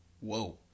Whoa